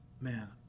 man